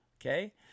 okay